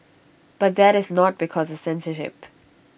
but that is not because of censorship